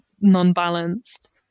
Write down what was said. non-balanced